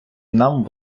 нам